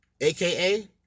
AKA